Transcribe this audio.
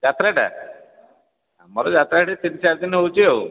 ଯାତ୍ରାଟା ଆମର ଯାତ୍ରା ଏଇଠି ତିନି ଚାରି ଦିନ ହେଉଛି ଆଉ